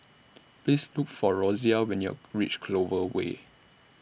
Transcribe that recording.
Please Look For Rosia when YOU REACH Clover Way